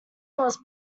was